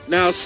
Now